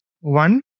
One